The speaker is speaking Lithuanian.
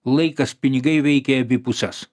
laikas pinigai veikia į abi puses